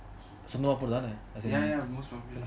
சும்மா போற தான:summa pora thaana